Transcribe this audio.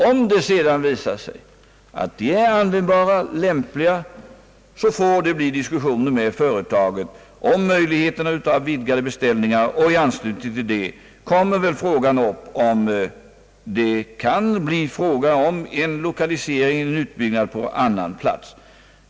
Om det sedan visar sig att de är lämpliga, får det bli diskussioner med företaget om möjligheten av vidgade beställningar, och i anslutning därtill kommer väl frågan upp om det kan bli tal om en lokalisering och utbyggnad på annan plats.